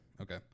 Okay